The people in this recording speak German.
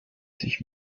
sich